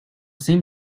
same